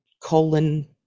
colon